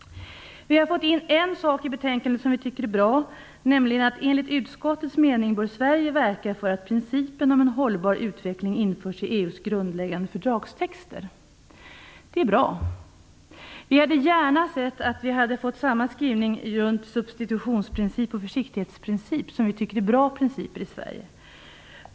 Vi har fått in en sak i betänkandet som vi tycker är bra, nämligen att Sverige enligt utskottets mening bör verka för att principen om en hållbar utveckling införs i EU:s grundläggande fördragstexter. Det är bra. Vi hade gärna sett att vi hade fått samma skrivning runt substitutionsprincip och försiktighetsprincip, som vi tycker är bra principer i Sverige.